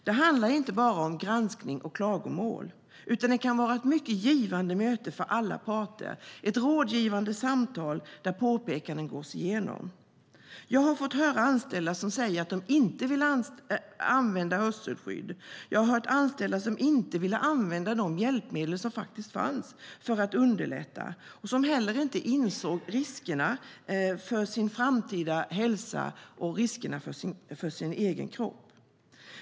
Det handlar inte bara om granskning och klagomål, utan det kan vara ett givande möte för alla parter, ett rådgivande samtal där påpekanden gås igenom. Jag har fått höra anställda som säger att de inte vill använda hörselskydd. Jag har hört anställda som inte ville använda de hjälpmedel som fanns för att underlätta och som heller inte insåg riskerna för sin framtida hälsa och för sin egen kropp.